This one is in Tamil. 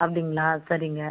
அப்படிங்களா சரிங்க